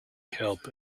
help